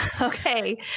Okay